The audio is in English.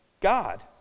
God